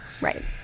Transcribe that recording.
Right